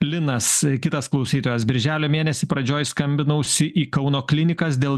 linas kitas klausytojas birželio mėnedį pradžioj skambinausi į kauno klinikas dėl